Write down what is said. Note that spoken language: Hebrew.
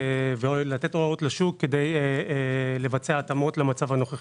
ולתת הוראות לשוק כדי לבצע התאמות למצב הנוכחי.